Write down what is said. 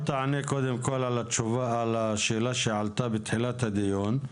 תענה קודם כל על השאלה שעלתה בתחילת הדיון.